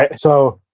like so,